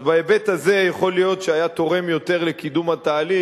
אז בהיבט הזה יכול להיות שמה שהיה תורם יותר לקידום התהליך,